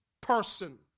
person